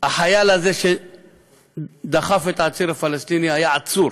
החייל הזה שדחף את העציר הפלסטיני היה עצור